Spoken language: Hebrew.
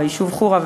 ביישוב חורה,